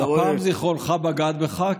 הפעם זיכרונך בגד בך,